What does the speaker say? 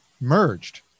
merged